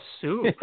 soup